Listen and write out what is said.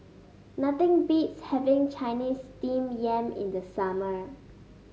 nothing beats having Chinese Steamed Yam in the summer